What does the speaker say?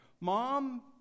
Mom